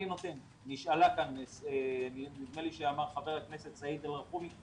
נדמה לי שאמר חבר הכנסת סעיד אלרחומי,